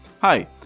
Hi